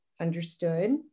Understood